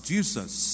Jesus